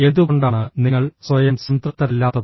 എന്തുകൊണ്ടാണ് നിങ്ങൾ സ്വയം സംതൃപ്തരല്ലാത്തത്